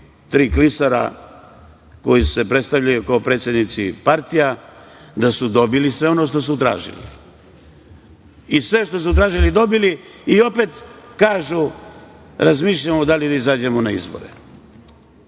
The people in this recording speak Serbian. tri klisara, koji se predstavljaju kao predsednici partija da su dobili sve ono što su tražili. I sve što su tražili dobili i opet kažu – razmišljamo da li da izađemo na izbore. Tako